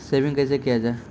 Saving कैसै किया जाय?